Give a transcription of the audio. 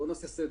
בוא נעשה סדר,